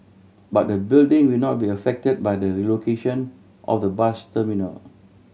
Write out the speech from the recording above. but the building will not be affected by the relocation of the bus terminal